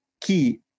key